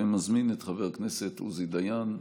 ומזמין את חבר הכנסת עוזי דיין,